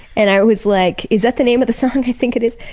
and i was like is that the name of the song? i think it is.